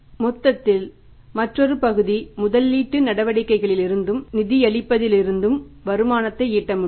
மொத்தத்தில் ஒரு மற்றொரு பகுதி முதலீட்டு நடவடிக்கைகளிலிருந்தும் நிதியளிப்பிலிருந்தும் வருமானத்தை ஈட்ட முடியும்